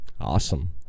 Awesome